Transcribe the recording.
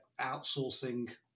outsourcing